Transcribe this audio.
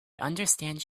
understand